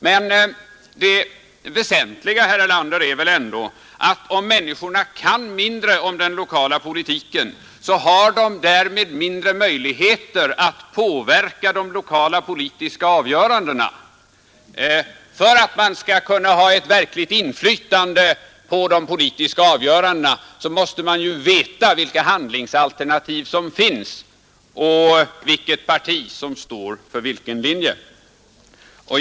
Men det väsentliga, herr Erlander, är väl ändå att om människorna kan mindre om den lokala politiken så har de därmed mindre möjligheter att påverka de lokala politiska avgörandena. För att man skall kunna ha ett verkligt inflytande på de politiska avgörandena måste man ju veta vilka handlingsalternativ som finns och vilket parti som står för vilken linje.